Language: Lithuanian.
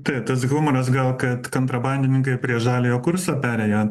taip tas humoras gal kad kontrabandininkai prie žaliojo kurso perėjo